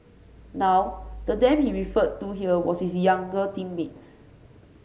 now the them he referred to here was his younger teammates